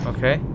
Okay